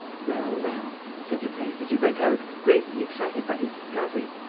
well, well, said lupin, as he went out, greatly excited by his discovery,